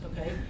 okay